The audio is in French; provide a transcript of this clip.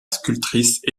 sculptrice